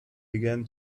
began